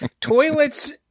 Toilets